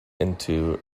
into